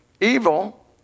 Evil